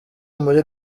muri